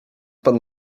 pan